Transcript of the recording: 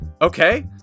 Okay